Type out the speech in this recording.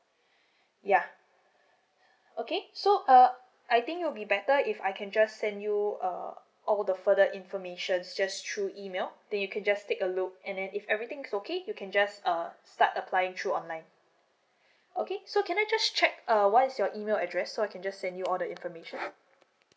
ya okay so uh I think it'll be better if I can just send you uh all the further information just through email then you can just take a look and then if everything is okay you can just err start applying through online okay so can I just check uh what's your email address so I can just send you all the information